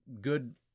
good